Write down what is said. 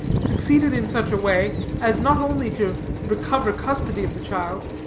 succeeded in such a way, as not only to recover custody of the child,